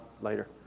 later